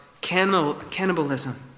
cannibalism